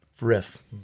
riff